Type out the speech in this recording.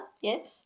yes